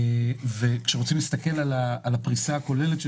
כשרוצים להסתכל על הפריסה הכוללת של